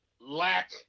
lack